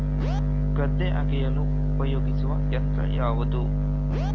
ಗದ್ದೆ ಅಗೆಯಲು ಉಪಯೋಗಿಸುವ ಯಂತ್ರ ಯಾವುದು?